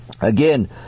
Again